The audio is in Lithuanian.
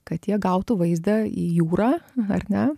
kad jie gautų vaizdą į jūrą ar ne